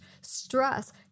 stress